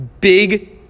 big